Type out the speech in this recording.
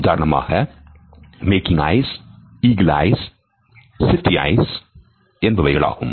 உதாரணமாக making eyes eagle eyes shifty eyesஎன்பவைகளாகும்